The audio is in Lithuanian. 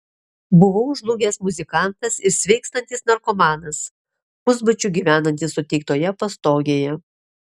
buvau žlugęs muzikantas ir sveikstantis narkomanas pusbadžiu gyvenantis suteiktoje pastogėje